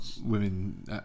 women